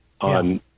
on